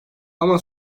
ama